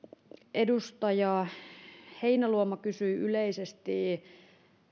edustaja heinäluoma kysyi yleisesti